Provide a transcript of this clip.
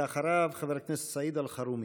ואחריו, חבר הכנסת סעיד אלחרומי.